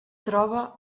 troba